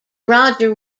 roger